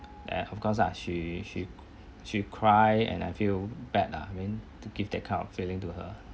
eh of course ah she she she cry and I feel bad lah I mean to give that kind of feeling to her